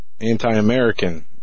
anti-American